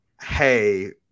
Hey